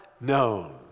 known